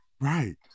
Right